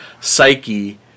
psyche